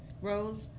Rose